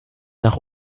nach